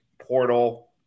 portal